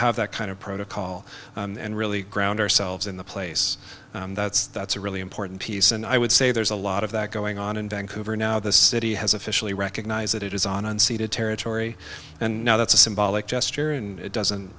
have that kind of protocol and really ground ourselves in the place that's that's a really important piece and i would say there's a lot of that going on in vancouver now the city has officially recognized that it is on unseeded territory and now that's a symbolic gesture and it doesn't